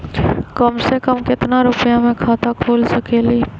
कम से कम केतना रुपया में खाता खुल सकेली?